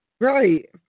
Right